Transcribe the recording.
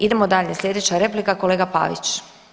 Idemo dalje, slijedeća replika kolega Pavić.